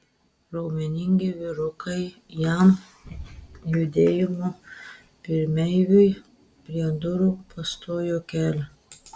raumeningi vyrukai jam judėjimo pirmeiviui prie durų pastojo kelią